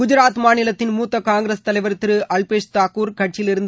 குஜாத் மாநிலத்தின் மூத்த காங்கிரஸ் தலைவா் திரு அப்லேஷ் தாகூர் கட்சியிலிருந்து